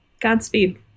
godspeed